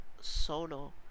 solo